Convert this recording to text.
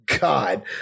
God